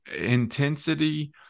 intensity